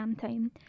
time